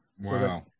Wow